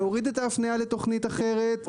להוריד את ההפניה לתוכנית אחרת,